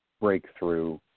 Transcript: breakthrough